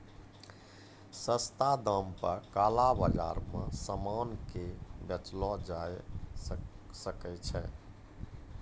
सस्ता दाम पे काला बाजार मे सामान के बेचलो जाय सकै छै